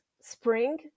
spring